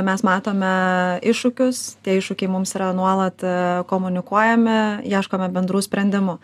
mes matome iššūkius tie iššūkiai mums yra nuolat komunikuojami ieškome bendrų sprendimų